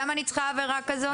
למה אני צריכה עבירה כזאת?